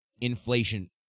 inflation